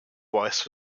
wife